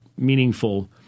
meaningful